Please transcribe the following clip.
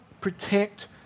protect